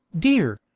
dear!